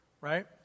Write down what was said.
right